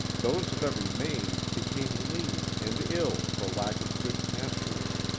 those that remained became lean and ill for lack of good pasturage,